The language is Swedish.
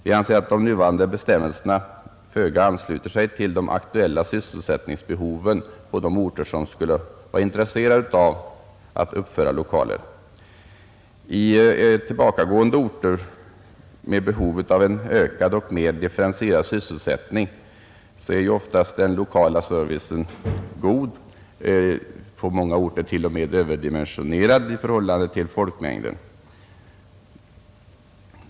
Jag anser att nuvarande bestämmelser föga ansluter sig till de aktuella sysselsättningsbehoven på de orter där man skulle vara intresserad av att uppföra lokaler. I tillbakagående orter med behov av ökad och mera differentierad sysselsättning är den lokala servicen oftast god, på många orter t.o.m. överdimensionerad i förhållande till folkmängden.